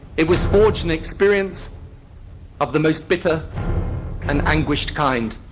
it was forged in experience of the most bitter and anguished kind.